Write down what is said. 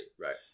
right